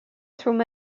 through